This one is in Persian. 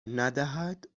ندهد